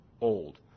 old